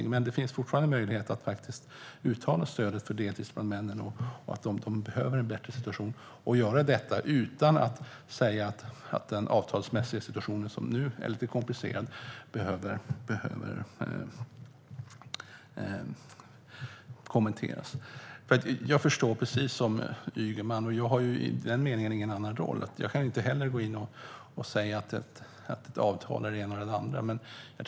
Det finns dock fortfarande möjlighet att uttala sitt stöd för deltidsbrandmännen, för de behöver en bättre situation. Man kan göra detta utan att kommentera den avtalsmässiga situationen, som är lite komplicerad. Jag förstår precis som Ygeman att man inte kan säga att ett avtal ska vara på det ena eller det andra sättet.